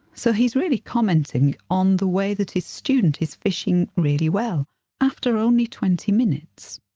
so he's really commenting on the way that his student is fishing really well after only twenty minutes.